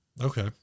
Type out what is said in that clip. Okay